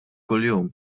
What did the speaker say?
kuljum